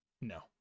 No